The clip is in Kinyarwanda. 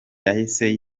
yahise